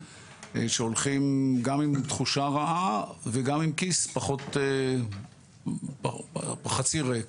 שהולכים גם עם תחושה רעה וגם עם כיס חצי ריק